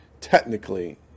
technically